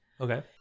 Okay